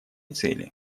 цели